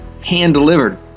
hand-delivered